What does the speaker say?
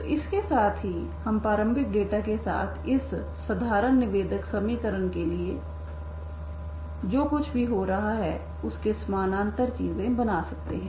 तो इसके साथ ही हम प्रारंभिक डेटा के साथ इस साधारण निवेदक समीकरण के लिए जो कुछ भी हो रहा है उसके समानांतर चीजें बना सकते हैं